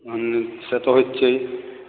হ্যাঁ সে তো হচ্ছেই